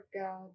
God